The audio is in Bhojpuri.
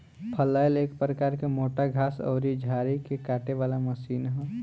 फलैल एक प्रकार के मोटा घास अउरी झाड़ी के काटे वाला मशीन ह